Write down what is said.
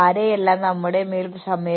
ആസൂത്രണം ചെയ്യാൻ എളുപ്പമാണ്